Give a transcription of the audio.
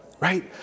right